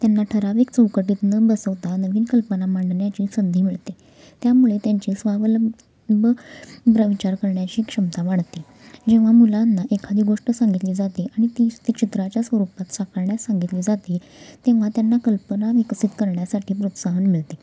त्यांना ठराविक चौकटीत न बसवता नवीन कल्पना मांडण्याची संधी मिळते त्यामुळे त्यांचे स्वावलंब विचार करण्याची क्षमता वाढते जेव्हा मुलांना एखादी गोष्ट सांगितली जाते आणि ती ती चित्राच्या स्वरूपात साकारण्यास सांगितली जाते तेव्हा त्यांना कल्पना विकसित करण्यासाठी प्रोत्साहन मिळते